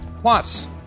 Plus